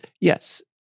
Yes